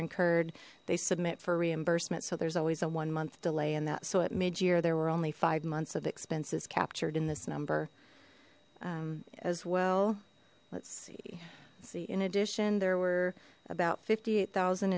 incurred they submit for reimbursement so there's always a one month delay in that so at mid year there were only five months of expenses captured in this number as well let's see see in addition there were about fifty eight thousand